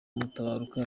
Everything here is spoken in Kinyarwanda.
mutabaruka